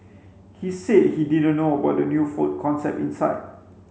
he said he didn't know about the new food concept inside